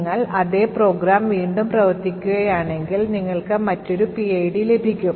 നിങ്ങൾ അതേ പ്രോഗ്രാം വീണ്ടും പ്രവർത്തിപ്പിക്കുകയാണെങ്കിൽ നിങ്ങൾക്ക് മറ്റൊരു PID ലഭിക്കും